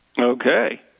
Okay